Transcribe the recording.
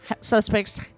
suspects